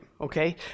Okay